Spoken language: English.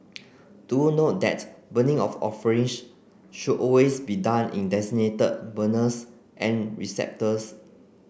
do note that burning of offerings should always be done in designated burners and receptacles